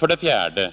4.